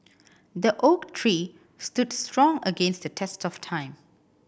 the oak tree stood strong against the test of time